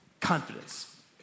confidence